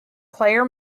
player